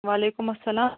وعلیکُم اَلسلام